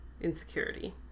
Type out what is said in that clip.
insecurity